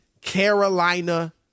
Carolina